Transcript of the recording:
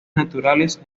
naturales